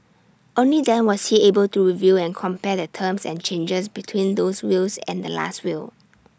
only then was he able to review and compare the terms and changes between those wills and the Last Will